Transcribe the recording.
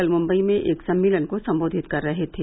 कल मुम्बई में एक सम्मेलन को संबोधित कर रहे थे